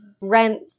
rent